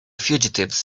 fugitives